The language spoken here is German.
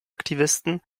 aktivisten